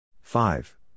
Five